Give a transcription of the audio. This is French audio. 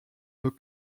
nos